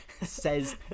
says